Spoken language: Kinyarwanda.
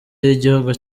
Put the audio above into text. y’igihugu